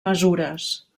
mesures